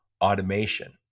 automation